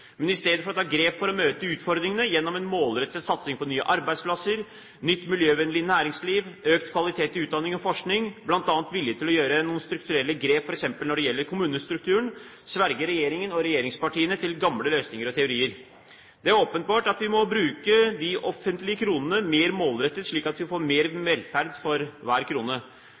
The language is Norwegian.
men i stedet for å ta grep for å møte utfordringene gjennom en målrettet satsing på nye arbeidsplasser, nytt miljøvennlig næringsliv, økt kvalitet i utdanning og forskning, bl.a. vilje til å gjøre noen strukturelle grep f.eks. når det gjelder kommunestrukturen, sverger regjeringen og regjeringspartiene til gamle løsninger og teorier. Det er åpenbart at vi må bruke de offentlige kronene mer målrettet, slik at vi får mer velferd for hver krone.